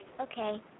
Okay